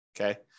Okay